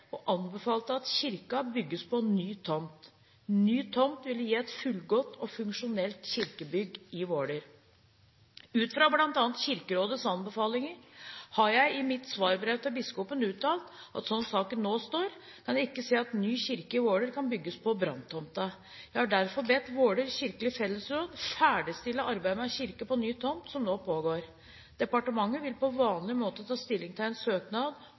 og anbefalte at kirken bygges på ny tomt. Ny tomt ville gi et fullgodt og funksjonelt kirkebygg i Våler. Ut fra bl.a. Kirkerådets anbefalinger har jeg i mitt svarbrev til biskopen uttalt at slik saken nå står, kan jeg ikke se at ny kirke i Våler kan bygges på branntomten. Jeg har derfor bedt Våler kirkelige fellesråd ferdigstille arbeidet med kirke på ny tomt som nå pågår. Departementet vil på vanlig måte ta stilling til en søknad